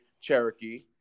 Cherokee